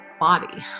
body